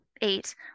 eight